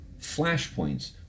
flashpoints